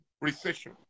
recession